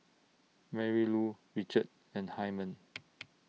Marylou Richard and Hymen